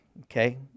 okay